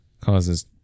causes